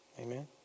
Amen